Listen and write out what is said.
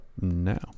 now